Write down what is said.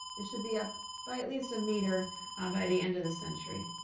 it should be up by at least a meter ah by the end of the century.